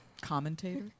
Commentator